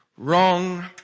Wrong